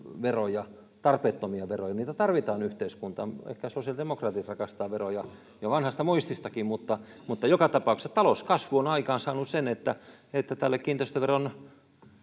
veroja tarpeettomia veroja veroja tarvitaan yhteiskuntaan ehkä sosiaalidemokraatit rakastavat veroja jo vanhasta muististakin mutta mutta joka tapauksessa talouskasvu on aikaansaanut sen että että tälle kiinteistöveron